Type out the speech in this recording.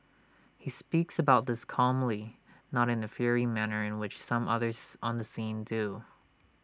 he speaks about this calmly not in the fiery manner in which some others on the scene do